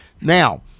Now